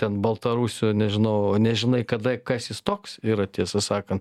ten baltarusiu nežinau nežinai kada kas jis toks yra tiesą sakant